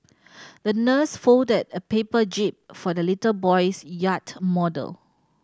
the nurse folded a paper jib for the little boy's yacht model